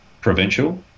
provincial